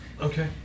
Okay